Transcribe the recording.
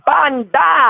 Banda